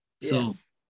Yes